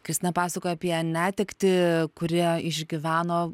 kristina pasakoja apie netektį kurią išgyveno